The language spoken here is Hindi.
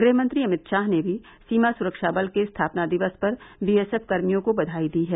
गृहमंत्री अमित शाह ने भी सीमा सुरक्षा बल के स्थापना दिवस पर बीएसएफ कर्मियों को बधाई दी है